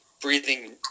breathing